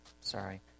sorry